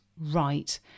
right